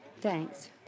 Thanks